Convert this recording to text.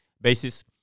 basis